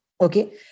Okay